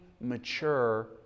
mature